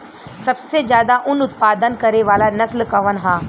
सबसे ज्यादा उन उत्पादन करे वाला नस्ल कवन ह?